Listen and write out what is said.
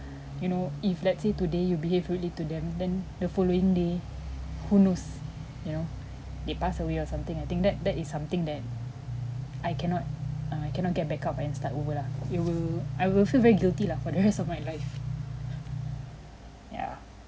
you know if let's say today you behave rudely to them then the following day who knows you know they pass away or something I think that that is something that I cannot uh I cannot get back up and start over lah it will I will feel very guilty lah for the rest of my life ya